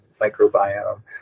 microbiome